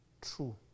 true